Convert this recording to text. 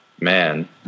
man